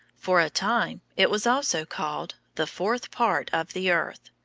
for a time it was also called the fourth part of the earth,